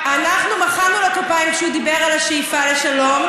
אנחנו מחאנו לו כפיים כשהוא דיבר על השאיפה לשלום.